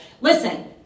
Listen